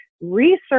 research